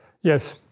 Yes